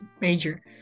major